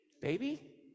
baby